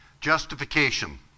Justification